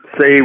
Say